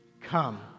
come